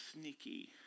sneaky